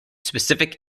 specific